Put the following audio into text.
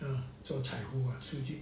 嗯做财务数据